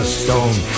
stone